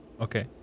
Okay